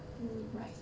um